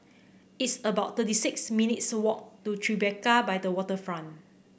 it's about thirty six minutes' walk to Tribeca by the Waterfront